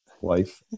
wife